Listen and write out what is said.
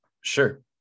Sure